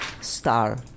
star